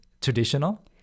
traditional